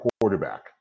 quarterback